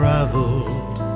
Traveled